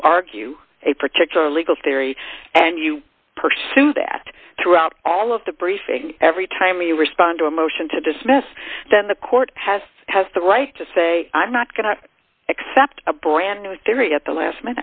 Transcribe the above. you argue a particular legal theory and you pursue that throughout all of the briefing every time you respond to a motion to dismiss then the court has has the right to say i'm not going to accept a brand new theory at the last